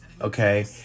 Okay